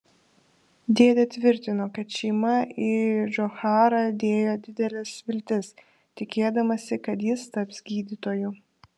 dėdė tvirtino kad šeima į džocharą dėjo dideles viltis tikėdamasi kad jis taps gydytoju